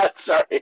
Sorry